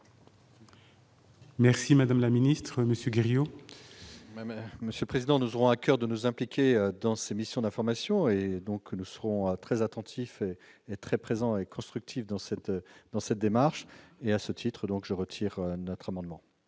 Merci, Madame la Ministre Monsieur Grillot. Monsieur le président, nous aurons à coeur de nous impliquer dans ses missions d'information, et donc nous serons très attentifs et très présent et constructif dans cette, dans cette démarche et à ce titre donc je retire notre amendement.